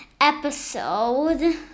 episode